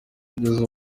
kugeza